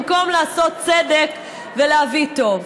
במקום לעשות צדק ולהביא טוב.